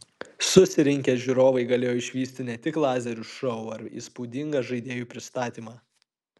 susirinkę žiūrovai galėjo išvysti ne tik lazerių šou ar įspūdingą žaidėjų pristatymą